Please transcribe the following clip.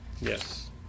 Yes